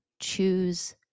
Choose